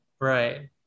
right